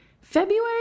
February